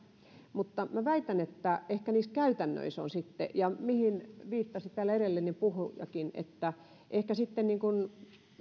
mutta minä väitän että ehkä se on sitten niissä käytännöissä ja mihin täällä edellinen puhujakin viittasi ehkä sitten